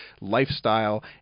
lifestyle